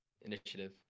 Initiative